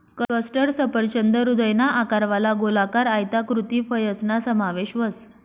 custard सफरचंद हृदयना आकारवाला, गोलाकार, आयताकृती फयसना समावेश व्हस